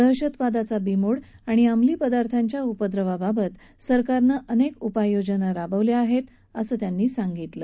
दहशतवादाचा बीमोड आणि अंमली पदार्थांच्या उपद्रवाबाबत सरकारनं अनेक उपाययोजना राबवल्या आहेत असं त्यांनी सांगितलं